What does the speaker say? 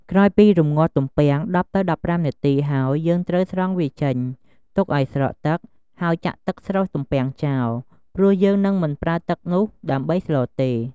ក្រោយពីរំំងាស់ទំពាំង ១០ទៅ១៥នាទីហើយ យើងត្រូវស្រង់វាចេញ ទុកឱ្យស្រក់ទឹក ហើយចាក់ទឹកស្រុះទំពាំងចោល ព្រោះយើងនឹងមិនប្រើទឹកនោះដើម្បីស្លទេ។